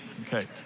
okay